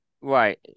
Right